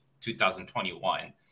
2021